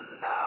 no